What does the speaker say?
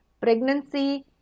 pregnancy